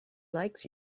likes